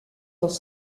dans